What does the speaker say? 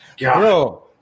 Bro